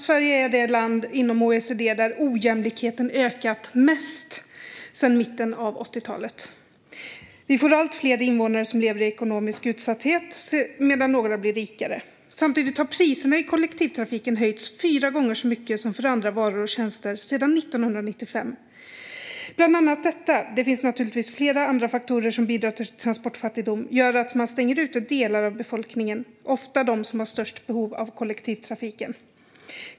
Sverige är det land inom OECD där ojämlikheten ökat mest sedan mitten av 80-talet. Vi får allt fler invånare som lever i ekonomisk utsatthet medan några blir rikare. Samtidigt har priserna i kollektivtrafiken höjts fyra gånger så mycket som för andra varor och tjänster sedan 1995. Bland annat detta - det finns naturligtvis flera andra faktorer som bidrar till transportfattigdom - gör att man stänger ute delar av befolkningen, ofta dem som har störst behov av kollektivtrafiken.